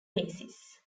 basis